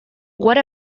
what